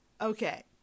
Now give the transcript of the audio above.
Okay